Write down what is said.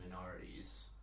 minorities